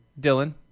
dylan